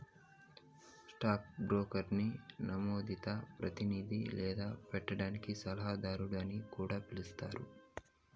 stock బ్రోకర్ని నమోదిత ప్రతినిది లేదా పెట్టుబడి సలహాదారు అని కూడా పిలిస్తారు